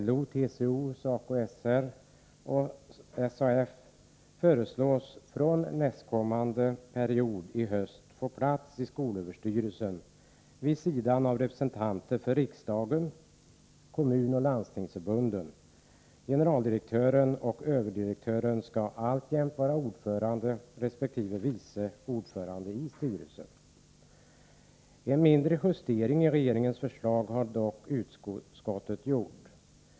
LO, TCO, SACO/SR och SAF föreslås från nästkommande mandatperiod få plats i skolöverstyrelsens styrelse vid sidan av representanter för riksdagen och för Kommunoch 93 En mindre justering i regeringens förslag har utskottet dock gjort.